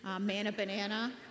manna-banana